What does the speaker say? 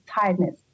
tiredness